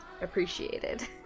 appreciated